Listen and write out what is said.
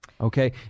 Okay